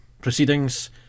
proceedings